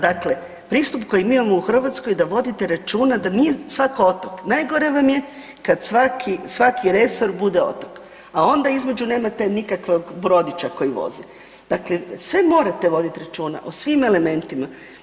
Dakle, pristup koji mi imamo u Hrvatskoj da vodite računa da nije svak otok, najgore vam je kad svaki, svaki resor bude otok, a onda između nemate nikakvog brodića koji vozi, dakle sve morate vodit računa, o svim elementima.